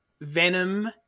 Venom